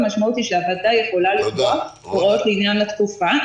המשמעות היא שהוועדה יכולה לקבוע הוראות לעניין התקופה.